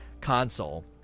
console